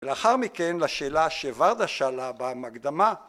ולאחר מכן לשאלה שורדה שאלה בהקדמה